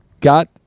Got